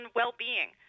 well-being